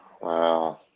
Wow